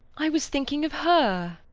i was thinking of her.